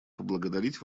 поблагодарить